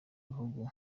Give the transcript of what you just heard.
bihugu